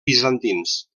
bizantins